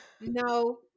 No